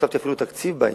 הוספתי אפילו תקציב בעניין,